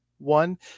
One